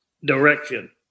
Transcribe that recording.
direction